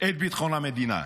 את ביטחון המדינה.